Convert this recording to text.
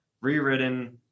rewritten